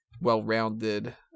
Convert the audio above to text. well-rounded